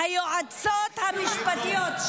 היועצות המשפטיות,